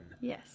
Yes